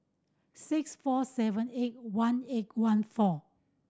six four seven eight one eight one four